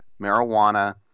Marijuana